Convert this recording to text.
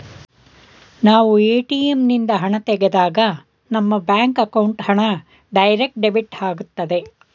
ನಾವು ಎ.ಟಿ.ಎಂ ನಿಂದ ಹಣ ತೆಗೆದಾಗ ನಮ್ಮ ಬ್ಯಾಂಕ್ ಅಕೌಂಟ್ ಹಣ ಡೈರೆಕ್ಟ್ ಡೆಬಿಟ್ ಆಗುತ್ತದೆ